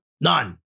None